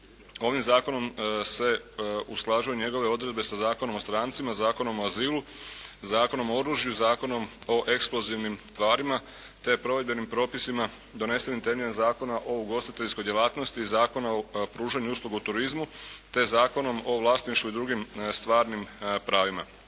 Ovim zakonom se usklađuju njegove odredbe sa Zakonom o strancima, Zakonom o azilu, Zakonom o oružju, Zakonom o eksplozivnim tvarima te je provedbenim propisima donesen temeljem Zakona o ugostiteljskoj djelatnosti i Zakona o pružanju usluga u turizmu te Zakonom o vlasništvu i drugim stvarnim pravima.